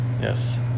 yes